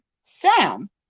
Sam